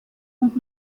und